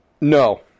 No